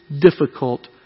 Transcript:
difficult